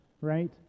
right